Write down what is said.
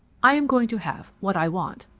i am going to have what i want.